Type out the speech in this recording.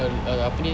um apa ni